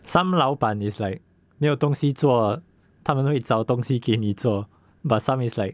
some 老板 is like 没有东西做他们会找东西给你做 but some is like